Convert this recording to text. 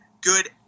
good